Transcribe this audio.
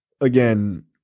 again